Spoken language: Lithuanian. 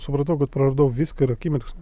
supratau kad praradau viską ir akimirksniu